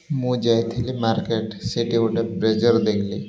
ମୁଁ ଯାଇଥିଲି ମାର୍କେଟ୍ ସେଇଠି ଗୋଟେ ବ୍ଲେଜର୍ ଦେଖିଲି